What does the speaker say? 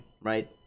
right